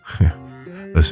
Listen